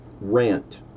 rant